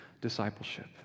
discipleship